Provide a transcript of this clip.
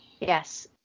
Yes